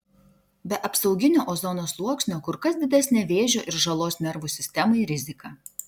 be apsauginio ozono sluoksnio kur kas didesnė vėžio ir žalos nervų sistemai rizika